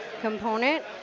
component